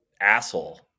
asshole